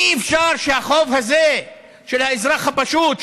אי-אפשר שהחוב הזה של האזרח הפשוט,